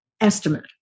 estimate